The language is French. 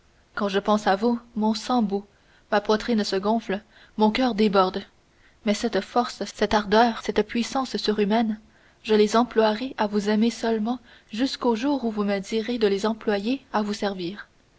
quand je pense à vous mon sang bout ma poitrine se gonfle mon coeur déborde mais cette force cette ardeur cette puissance surhumaine je les emploierai à vous aimer seulement jusqu'au jour où vous me direz de les employer à vous servir